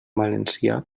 valencià